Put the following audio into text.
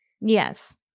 Yes